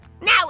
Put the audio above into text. Now